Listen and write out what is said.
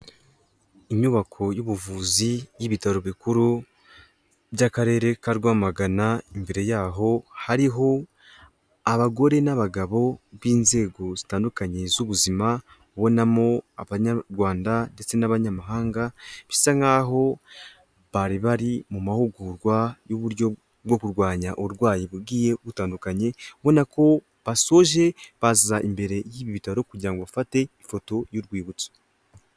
Inyubako y'ubuvuzi y'ibitaro bikuru by'akarere ka Rwamagana, imbere yaho hariho abagore n'abagabo b'inzego zitandukanye z'ubuzima, ubonamo Abanyarwanda ndetse n'abanyamahanga, bisa nk'aho bari bari mu mahugurwa y'uburyo bwo kurwanya uburwayi bugiye butandukanye, ubona ko basoje baza imbere y'ibi bitaro kugira ngo bafate ifoto y'urwibutso.